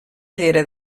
llera